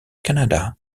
canada